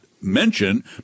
mention